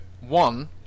one